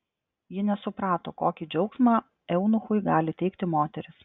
ji nesuprato kokį džiaugsmą eunuchui gali teikti moterys